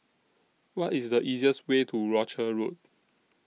What IS The easiest Way to Rochor Road